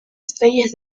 estrellas